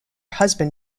husband